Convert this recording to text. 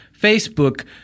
Facebook